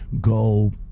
go